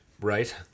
Right